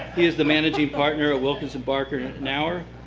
is the managing partner of wilkinson, barker, knauer,